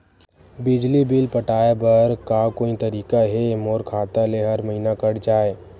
बिजली बिल पटाय बर का कोई तरीका हे मोर खाता ले हर महीना कट जाय?